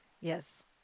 Yes